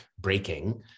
breaking